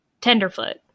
tenderfoot